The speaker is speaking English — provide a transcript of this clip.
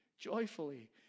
joyfully